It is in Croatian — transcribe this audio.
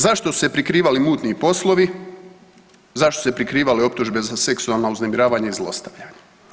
Zašto su se prikrivali mutni poslovi, zašto su se prikrivale optužbe za seksualno uznemiravanje i zlostavljanje?